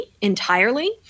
entirely